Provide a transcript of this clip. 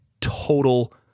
total